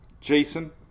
Jason